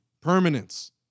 permanence